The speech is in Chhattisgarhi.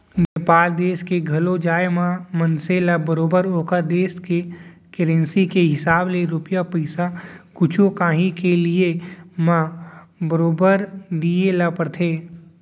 नेपाल देस के घलौ जाए म मनसे ल बरोबर ओकर देस के करेंसी के हिसाब ले रूपिया पइसा कुछु कॉंही के लिये म बरोबर दिये ल परथे